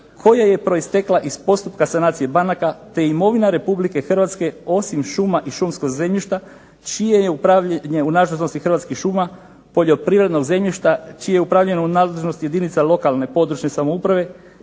koja je proistekla iz postupka sanacije banaka te imovina Republike Hrvatske osim šuma i šumskog zemljišta čije je upravljanje u nadležnosti Hrvatskih šuma, poljoprivrednog zemljišta čije upravljanje je u nadležnosti jedinica lokalne područne samouprave